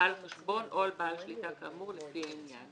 החשבון או בעל שליטה בישות פסיבית בעלת